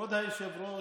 כבוד היושב-ראש,